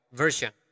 version